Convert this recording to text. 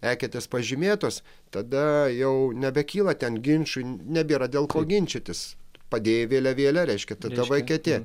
eketės pažymėtos tada jau nebekyla ten ginčų nebėra dėl ko ginčytis padėjai vėliavėlę reiškia ta tavo eketė